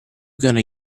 gonna